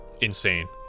insane